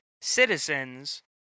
citizens